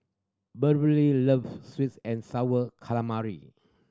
Beverley loves sweets and Sour Calamari